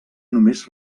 només